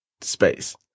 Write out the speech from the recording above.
space